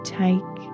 take